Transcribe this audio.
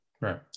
Right